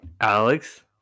Alex